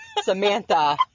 Samantha